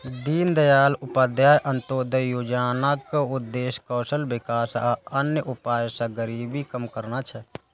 दीनदयाल उपाध्याय अंत्योदय योजनाक उद्देश्य कौशल विकास आ अन्य उपाय सं गरीबी कम करना छै